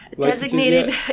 designated